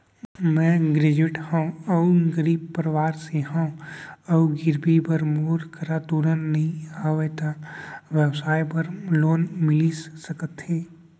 मैं ग्रेजुएट हव अऊ गरीब परवार से हव अऊ गिरवी बर मोर करा तुरंत नहीं हवय त मोला व्यवसाय बर लोन मिलिस सकथे?